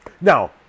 Now